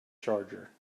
charger